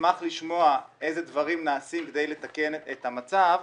ונשמח לשמוע איזה דברים נעשים כדי לתקן את המצב.